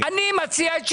אני מציע את שירותיי.